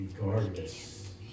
regardless